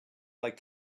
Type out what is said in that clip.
like